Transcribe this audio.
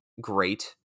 great